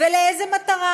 ולאיזו מטרה,